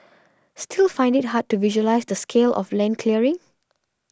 still find it hard to visualise the scale of land clearing